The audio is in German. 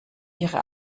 ihre